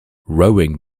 rowing